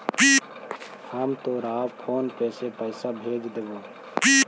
हम तोरा PhonePe से पईसा भेज देबो